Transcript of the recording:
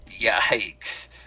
Yikes